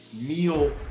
meal